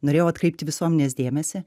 norėjau atkreipti visuomenės dėmesį